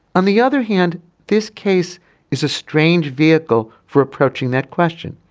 on the other hand this case is a strange vehicle for approaching that question.